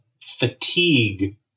fatigue